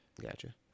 Gotcha